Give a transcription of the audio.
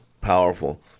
powerful